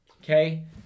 Okay